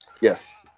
Yes